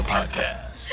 Podcast